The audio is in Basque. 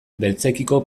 beltzekiko